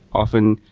often,